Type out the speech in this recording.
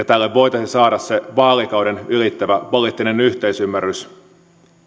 tällöin voitaisiin saada se vaalikauden ylittävä poliittinen yhteisymmärrys